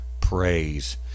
praise